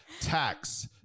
tax